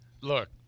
Look